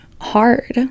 hard